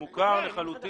כן, מוכר לחלוטין.